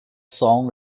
song